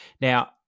Now